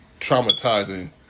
traumatizing